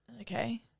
Okay